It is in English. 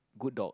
good dog